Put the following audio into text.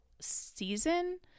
season